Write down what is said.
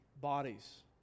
Bodies